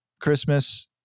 Christmas